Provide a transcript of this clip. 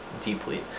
deeply